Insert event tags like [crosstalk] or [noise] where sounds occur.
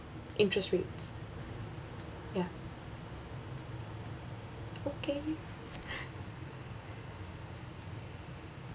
interest rates ya okay [laughs]